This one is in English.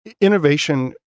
innovation